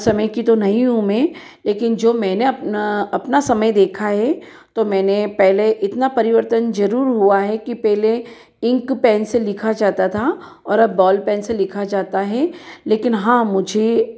समय की तो नहीं हूँ मैं लेकिन जो मैंने अपना समय देखा है तो मैंने पहले इतना परिवर्तन जरूर हुआ है कि पहले इंक पेन से लिखा जाता था और अब बॉल पेन से लिखा जाता है लेकिन हाँ मुझे